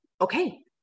Okay